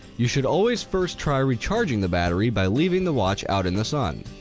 you should always first try recharging the battery by leaving the watch out in the sun.